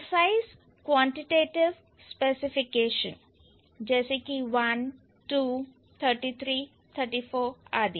precise quantitative specification जैसे कि 1 2 33 34 आदि